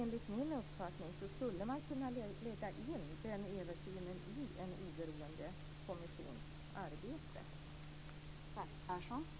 Enligt min uppfattning skulle man kunna lägga in den översynen i en oberoende kommissions arbete.